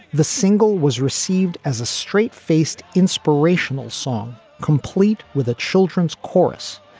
the single was received as a straight faced inspirational song, complete with a children's chorus,